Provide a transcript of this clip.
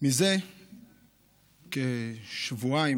מזה כשבועיים